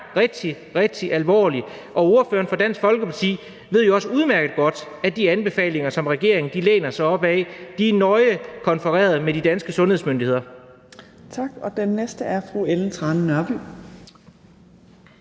rigtig, rigtig alvorligt, og ordføreren for Dansk Folkeparti ved jo også udmærket godt, at de anbefalinger, som regeringen læner sig op ad, er nøje konfereret med de danske sundhedsmyndigheder.